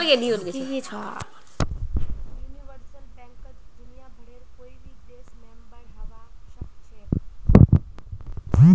universal बैंकत दुनियाभरेर कोई भी देश मेंबर हबा सखछेख